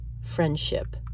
friendship